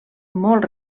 molt